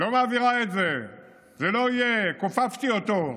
לא מעבירה את זה, זה לא יהיה, כופפתי אותו.